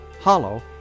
Hollow